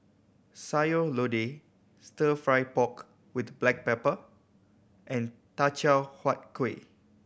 Sayur Lodeh Stir Fry pork with black pepper and Teochew Huat Kueh